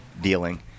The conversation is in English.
dealing